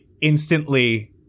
instantly